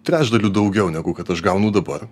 trečdaliu daugiau negu kad aš gaunu dabar